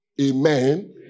Amen